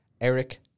Eric